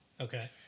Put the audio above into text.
Okay